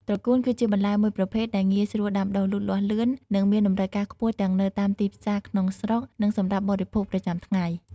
ត្រកួន គឺជាបន្លែមួយប្រភេទដែលងាយស្រួលដាំដុះ លូតលាស់លឿន និងមានតម្រូវការខ្ពស់ទាំងនៅតាមទីផ្សារក្នុងស្រុក និងសម្រាប់បរិភោគប្រចាំថ្ងៃ។